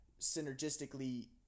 synergistically